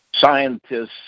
scientists